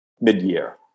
mid-year